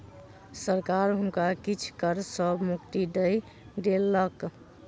सरकार हुनका किछ कर सॅ मुक्ति दय देलक